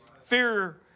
Fear